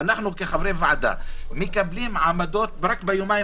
אנחנו כחברי ועדה מקבלים עמדות רק ביומיים